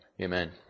Amen